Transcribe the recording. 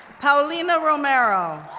paulina romero,